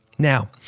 Now